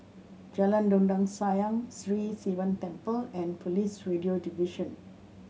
Jalan Dondang Sayang Sri Sivan Temple and Police Radio Division